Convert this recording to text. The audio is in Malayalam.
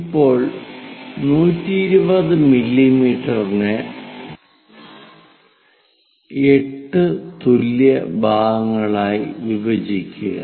ഇപ്പോൾ 120 മില്ലീമീറ്റർ നെ 8 തുല്യ ഭാഗങ്ങളായി വിഭജിക്കുക